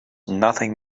nothing